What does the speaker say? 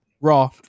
Raw